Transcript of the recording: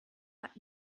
hat